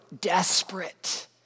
desperate